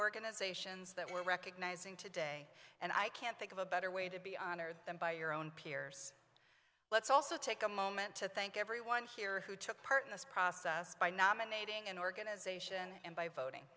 organizations that were recognizing today and i can't think of a better way to be honored than by your own peers let's also take a moment to thank everyone here who took part in this process by nominating an organization and by voting